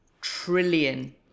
trillion